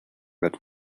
but